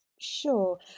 Sure